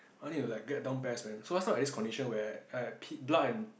I only need to like get down PES man so last time I have this condition where I I peed blood and